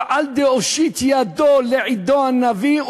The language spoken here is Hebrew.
אבל על דאושיט ידו לעדו הנביא,